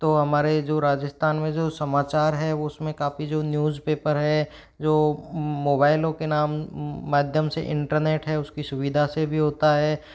तो हमारे जो राजस्थान में जो समाचार है उसमें काफ़ी जो न्यूज़ पेपर है जो मोबाइलों के नाम माध्यम से इंटरनेट है उसकी सुविधा से भी होता है